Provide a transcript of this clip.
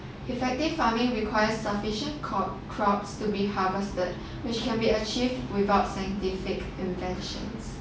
effective farming requires sufficient crop crops to be harvested which can be achieved without scientific inventions